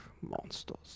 Monsters